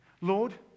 Lord